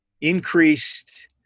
increased